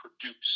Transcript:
produce